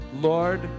Lord